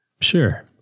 Sure